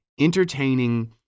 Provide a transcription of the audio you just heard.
entertaining